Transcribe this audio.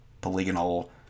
polygonal